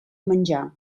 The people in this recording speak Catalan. menjar